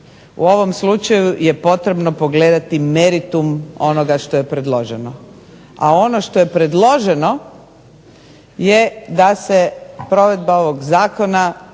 U ovom slučaju je potrebno pogledati meritum onoga što je predloženo, a ono što je predloženo je da se provedba ovog zakona